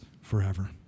forever